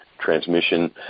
transmission